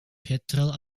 petrel